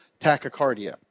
tachycardia